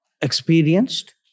experienced